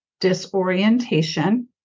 disorientation